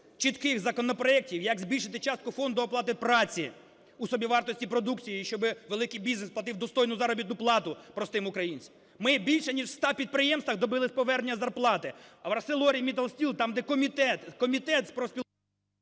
чітких законопроектів, як збільшити частку фонду оплати праці у собівартості продукції, щоби великий бізнес платив достойну заробітну плату простим українцям. Ми більш ніж в 100 підприємствах добились повернення зарплати, а в "АрселорМіттал Стіл", там, де комітет, комітет з… ГОЛОВУЮЧИЙ.